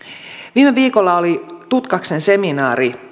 viime viikolla oli tutkaksen seminaari